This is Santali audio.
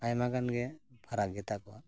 ᱟᱭᱢᱟ ᱜᱟᱱ ᱜᱮ ᱯᱷᱟᱨᱟᱠ ᱜᱮᱛᱟ ᱠᱚᱣᱟ